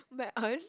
my aunt